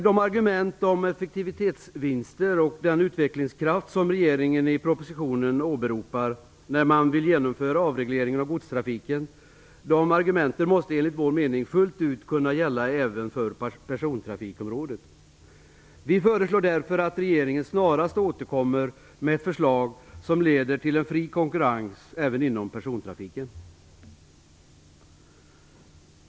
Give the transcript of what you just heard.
De argument om effektivitetsvinster och utvecklingskraft som regeringen i propositionen åberopar, när man vill genomföra avregleringen av godstrafiken, måste enligt vår mening fullt ut kunna gälla även för persontrafikområdet. Vi föreslår därför att regeringen snarast återkommer med ett förslag som leder till fri konkurrens även inom persontrafiken.